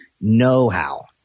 know-how